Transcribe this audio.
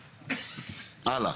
הלאה.